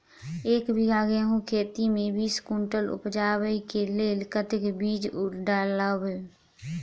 एक बीघा गेंहूँ खेती मे बीस कुनटल उपजाबै केँ लेल कतेक बीज डालबै?